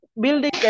building